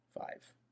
Five